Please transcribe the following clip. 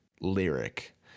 lyric